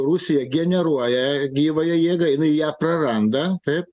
rusija generuoja gyvąją jėgą jinai ją praranda taip